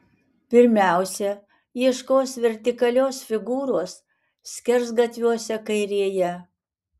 pirmiausia ieškos vertikalios figūros skersgatviuose kairėje